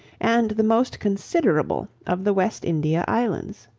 and the most considerable of the west india islands.